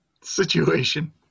situation